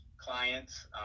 clients